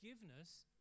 Forgiveness